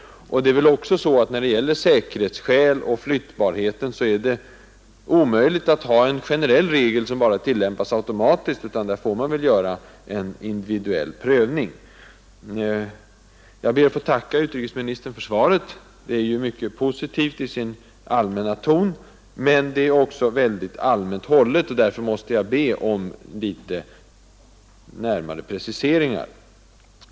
Beträffande säkerheten och flyttbarheten är det också orimligt att ha en generell regel som tillämpas helt automatiskt. Man måste göra en individuell prövning. Jag ber att få tacka utrikesministern för svaret. Det är mycket positivt i tonen, men det är också mycket allmänt hållet. Därför måste jag be om en precisering.